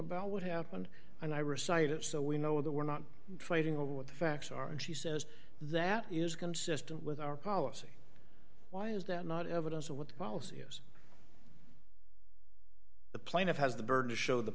about what happened and i recite it so we know that we're not fighting over what the facts are and she says that is consistent with our policy why is that not evidence of what policy is the plaintiff has the burden to show the